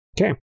Okay